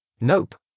Nope